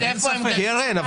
קרן,